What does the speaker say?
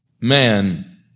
man